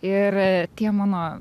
ir tie mano